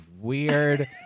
weird